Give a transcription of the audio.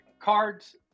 cards